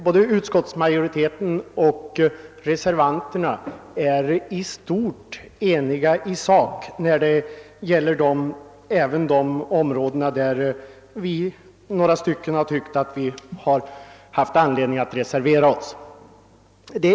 Både utskottsmajoriteten och reservanterna är i sak eniga även beträffande de områden där några av oss tyckt sig ha anledning att reservera sig.